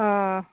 ಹಾಂ